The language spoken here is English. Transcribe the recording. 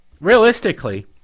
Realistically